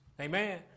Amen